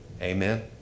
Amen